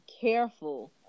careful